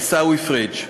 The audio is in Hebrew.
עיסאווי פריג'.